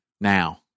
now